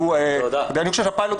הפיילוט,